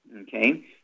Okay